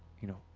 you know.